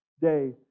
day